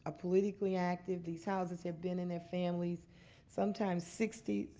ah politically active. these houses have been in their families sometimes sixty,